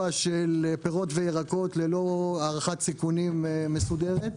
של פירות וירקות ללא הערכת סיכונים מסודרת,